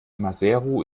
maseru